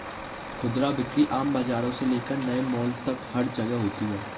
खुदरा बिक्री आम बाजारों से लेकर नए मॉल तक हर जगह होती है